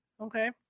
Okay